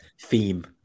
theme